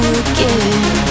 again